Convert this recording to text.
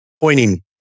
pointing